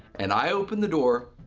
and i opened the door.